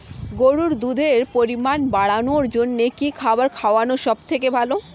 গরুর দুধের পরিমাণ বাড়ানোর জন্য কি খাবার খাওয়ানো সবথেকে ভালো?